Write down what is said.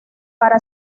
para